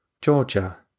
Georgia